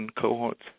cohorts